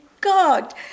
God